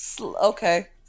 okay